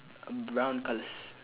brown colours